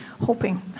hoping